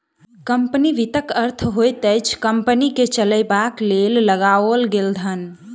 company वित्तक अर्थ होइत अछि कम्पनी के चलयबाक लेल लगाओल गेल धन